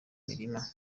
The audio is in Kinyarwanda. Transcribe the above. mirima